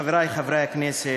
חברי חברי הכנסת,